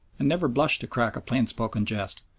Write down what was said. and never blushed to crack a plain-spoken jest,